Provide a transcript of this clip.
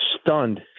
stunned